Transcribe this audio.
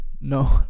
No